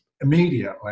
Immediately